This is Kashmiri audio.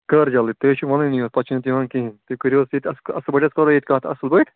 کر جلدی تُہۍ حظ چھُو ونٲنی یوت پتہٕ چھُو نہٕ تُہۍ یِوان کِہیٖنۍ تُہۍ کٔرِو حظ ییٚتہِ اَصٕل پٲٹھۍ حظ کرو ییٚتہِ کَتھ اَصٕل پٲٹھۍ